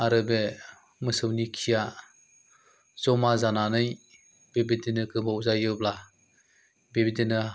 आरो बे मोसौनि खिया जमा जानानै बेबायदिनो गोबाव जायोब्ला बेबायदिनो